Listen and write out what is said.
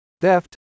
theft